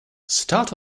start